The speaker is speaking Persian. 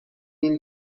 این